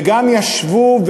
וגם ישבו,